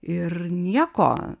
ir nieko